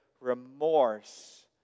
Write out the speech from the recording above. remorse